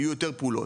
יהיו יותר פעולות,